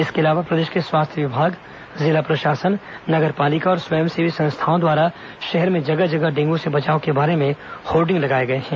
इसके अलावा प्रदेश के स्वास्थ्य विभाग जिला प्रशासन नगर पालिका और स्वयं सेवी संस्थाओं द्वारा शहर में जगह जगह डेंगू से बचाव के बारे में होर्डिंग्स लगाए गए हैं